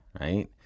right